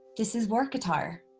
this is work attire